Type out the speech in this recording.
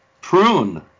Prune